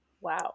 Wow